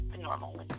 normal